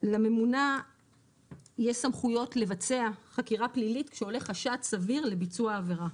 לממונה יש סמכויות לבצע חקירה פלילית כשעולה חשד סביר לביצוע עבירה.